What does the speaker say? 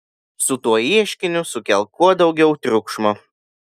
su tuo ieškiniu sukelk kuo daugiau triukšmo